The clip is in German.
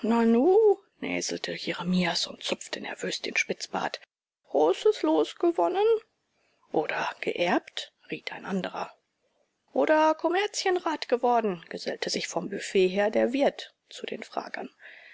jeremias und zupfte nervös den spitzbart großes los gewonnen oder geerbt riet ein anderer oder kommerzienrat geworden gesellte sich vom büfett her der wirt zu den fragern